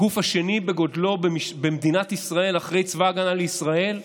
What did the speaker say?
לגוף השני בגודלו במדינת ישראל אחרי צבא ההגנה לישראל,